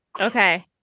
Okay